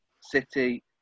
City